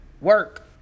work